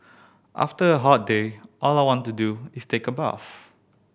after a hot day all I want to do is take a bath